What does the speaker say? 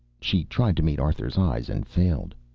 she tried to meet arthur's eyes and failed.